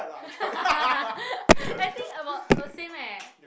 I think about uh same eh